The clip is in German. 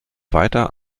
weiter